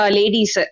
ladies